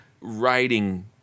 writing